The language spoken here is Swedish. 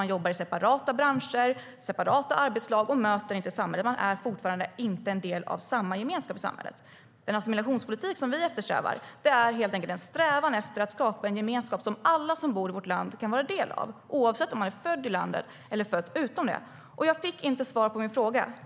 De jobbar i separata branscher och i separata arbetslag och möter inte samhället. De är fortfarande inte en del av samma gemenskap i samhället. Jag fick inte svar på min fråga.